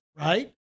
right